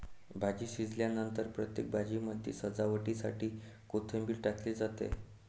भाजी शिजल्यानंतर प्रत्येक भाजीमध्ये सजावटीसाठी कोथिंबीर टाकली जाते